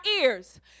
ears